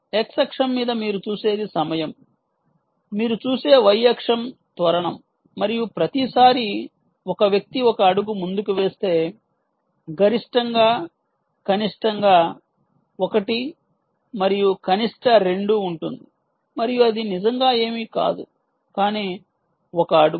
X అక్షం మీద మీరు చూసేది సమయం మీరు చూసే y అక్షం త్వరణం మరియు ప్రతిసారీ ఒక వ్యక్తి ఒక అడుగు ముందుకు వేస్తే గరిష్టంగా కనిష్టంగా 1 మరియు కనిష్ట 2 ఉంటుంది మరియు అది నిజంగా ఏమీ కాదు కానీ ఒక అడుగు